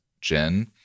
Jen